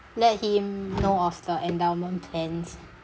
let him know of the endowment plans